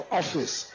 office